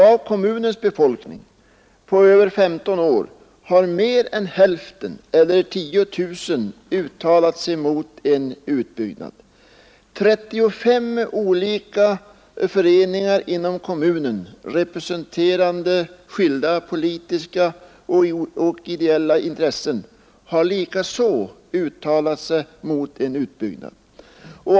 Av kommunens befolkning över 15 år har fler än hälften eller 10 000 uttalat sig mot en utbyggnad. 35 olika föreningar inom kommunen, representerande skilda politiska och ideella intressen, har likaså uttalat sig mot en utbyggnad.